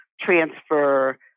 transfer